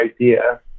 idea